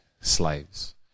slaves